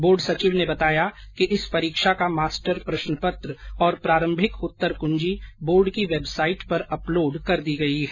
board सचिव ने बताया कि इस परीक्षा का मास्टर प्रश्न पत्र और प्रारम्भिक उत्तर कृंजी बोर्ड की वेबसाईट पर अपलोड कर दी गई है